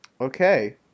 Okay